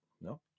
no